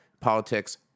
politics